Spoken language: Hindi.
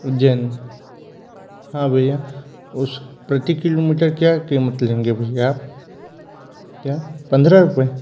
उज्जैन हाँ भैया उस प्रति किलोमीटर क्या कीमत लेंगे भैया क्या पंद्रह रुपए